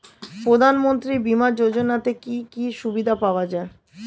প্রধানমন্ত্রী বিমা যোজনাতে কি কি সুবিধা পাওয়া যায়?